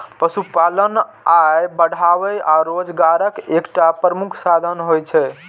पशुपालन आय बढ़ाबै आ रोजगारक एकटा प्रमुख साधन होइ छै